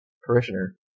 parishioner